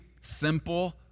simple